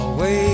Away